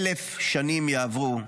1,000 שנים יעברו,